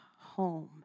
home